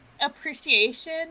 appreciation